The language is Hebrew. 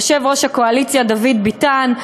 יושב-ראש הקואליציה דוד ביטן,